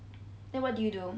then what did you do